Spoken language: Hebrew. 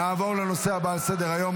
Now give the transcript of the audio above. נעבור לנושא הבא על סדר-היום.